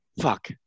fuck